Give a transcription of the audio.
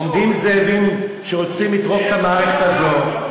עומדים זאבים שרוצים לטרוף את המערכת הזאת,